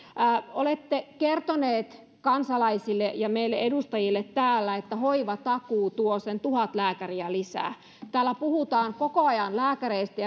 olette kertoneet kansalaisille ja meille edustajille täällä että hoivatakuu tuo sen tuhat lääkäriä lisää täällä puhutaan koko ajan lääkäreistä